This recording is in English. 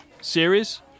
series